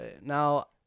Now